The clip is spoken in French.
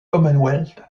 commonwealth